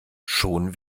schon